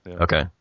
Okay